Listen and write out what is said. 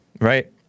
right